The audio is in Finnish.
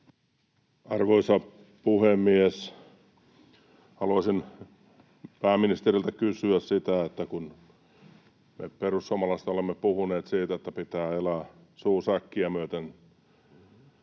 Arvoisa puhemies! Haluaisin pääministeriltä kysyä sitä, että kun me perussuomalaiset olemme puhuneet siitä, että pitää elää suu säkkiä myöten